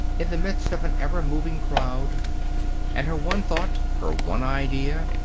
in the midst of an ever-moving crowd and her one thought, her one idea,